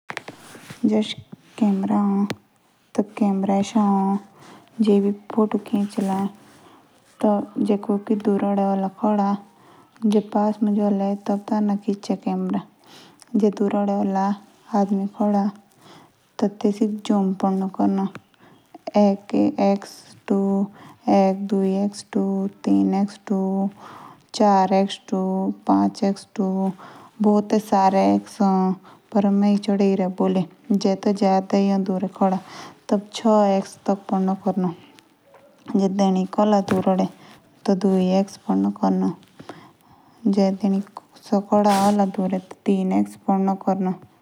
जो कैमरा एक सा। पास मुज तो आचा आईना। या जब तक आप ठीक न हो जाएं। जो कैमरा एक सा या जाएं।